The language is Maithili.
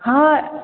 हँ